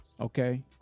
Okay